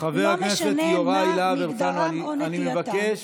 לא משנה מה מגדרם או נטייתם.